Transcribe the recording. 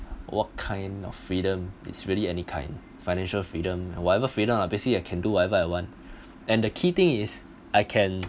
what kind of freedom it's really any kind financial freedom and whatever freedom ah basically I can do whatever I want and the key thing is I can